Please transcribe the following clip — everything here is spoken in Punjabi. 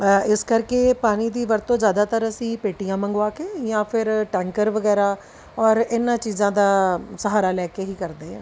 ਇਸ ਕਰਕੇ ਪਾਣੀ ਦੀ ਵਰਤੋਂ ਜ਼ਿਆਦਾਤਰ ਅਸੀਂ ਪੇਟੀਆਂ ਮੰਗਵਾ ਕੇ ਜਾਂ ਫਿਰ ਟੈਂਕਰ ਵਗੈਰਾ ਔਰ ਇਹਨਾਂ ਚੀਜ਼ਾਂ ਦਾ ਸਹਾਰਾ ਲੈ ਕੇ ਹੀ ਕਰਦੇ ਹਾਂ